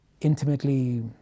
intimately